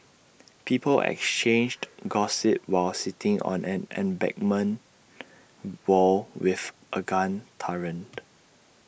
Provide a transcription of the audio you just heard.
people exchanged gossip while sitting on an embankment wall with A gun turret